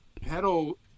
pedal